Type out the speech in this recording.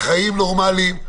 לחיים נורמליים.